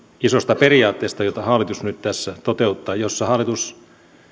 isosta periaatteesta jota hallitus nyt tässä toteuttaa jossa hallitus